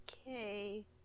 Okay